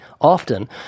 often